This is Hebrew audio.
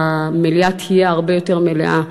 שהמליאה תהיה הרבה יותר מלאה.